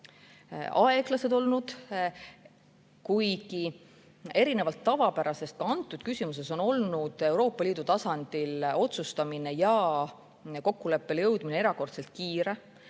aeglased olnud, kuigi erinevalt tavapärasest on antud küsimuses olnud Euroopa Liidu tasandil otsustamine ja kokkuleppele jõudmine erakordselt kiire.